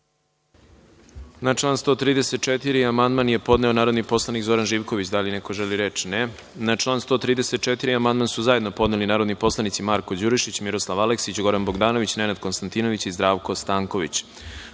Na član 134. amandman je podneo narodni poslanik Zoran Živković. Da li neko želi reč? (Ne.)Na član 134. amandman su zajedno podneli narodni poslanici Marko Đurišić, Miroslav Aleksić, Goran Bogdanović, Nenad Konstantinović i Zdravko Stanković. Vlada